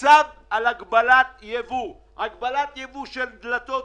צו על הגבלת ייבוא: הגבלת ייבוא של דלתות